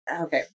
okay